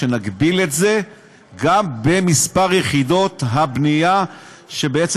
שנגביל את זה גם במספר יחידות הבנייה שבעצם